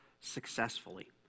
successfully